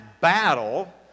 battle